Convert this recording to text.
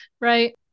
Right